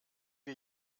wir